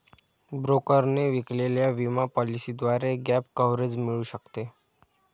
ब्रोकरने विकलेल्या विमा पॉलिसीद्वारे गॅप कव्हरेज मिळू शकते